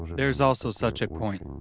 there is also such a point,